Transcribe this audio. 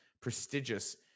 prestigious